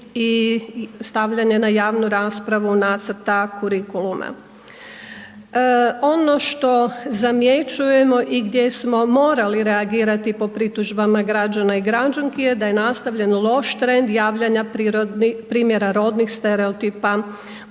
i stavljanje na javnu raspravu nacrta kurikuluma. Ono što zamjećujemo i gdje smo morali reagirati po pritužbama i građana i građanki je da je nastavljen loš trend javljanja primjera rodnih stereotipa